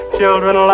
children